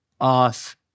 off